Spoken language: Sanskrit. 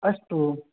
अस्तु